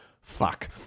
fuck